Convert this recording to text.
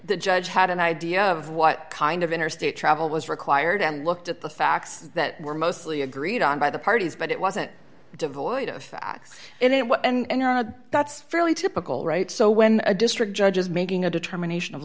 the judge had an idea of what kind of interstate travel was required and looked at the facts that were mostly agreed on by the parties but it wasn't devoid of facts in it and that's fairly typical right so when a district judge is making a determination